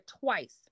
twice